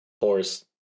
Horse